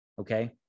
Okay